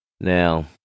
Now